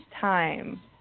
time